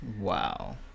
Wow